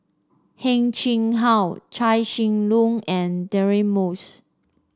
Heng Chee How Chia Shi Lu and Deirdre Moss